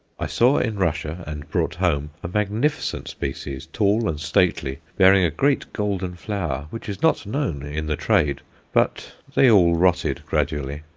i saw in russia, and brought home, a magnificent species, tall and stately, bearing a great golden flower, which is not known in the trade but they all rotted gradually.